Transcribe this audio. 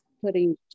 putting